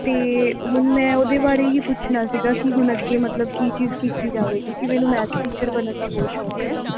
ਅਤੇ ਹੁਣ ਮੈਂ ਉਹਦੇ ਬਾਰੇ ਹੀ ਪੁੱਛਣਾ ਸੀਗਾ ਕਿ ਹੁਣ ਅੱਗੇ ਮਤਲਬ ਕੀ ਚੀਜ਼ ਕੀਤੀ ਜਾਵੇ ਕਿਉਂਕਿ ਮੈਨੂੰ ਮੈਥ ਟੀਚਰ ਬਣਨ ਦਾ ਬਹੁਤ ਸ਼ੌਕ ਹੈ